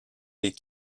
les